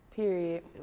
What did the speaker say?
Period